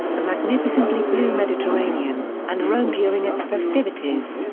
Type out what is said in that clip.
the magnificently blue mediterranean, and rome during its festivities.